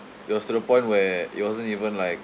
it was to the point where it wasn't even like